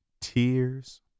tears